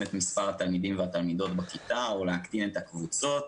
את מספר התלמידים והתלמידות בכיתה או להקטין את הקבוצות.